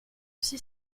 aussi